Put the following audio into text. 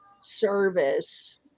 service